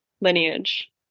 lineage